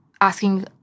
asking